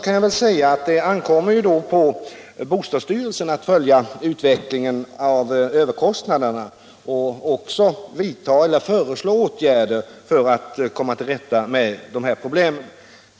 Jag vill först säga att det ankommer på bostadsstyrelsen att följa utvecklingen av överkostnaderna och också att vidta eller föreslå åtgärder för att komma till rätta med dessa problem.